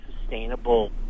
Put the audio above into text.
sustainable